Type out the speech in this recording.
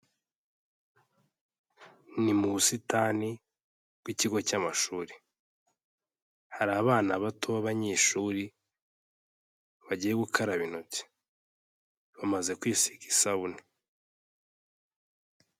Ni mu busitani bw'ikigo cy'amashuri, hari abana bato b'abanyeshuri bagiye gukaraba intoki, bamaze kwisiga isabune.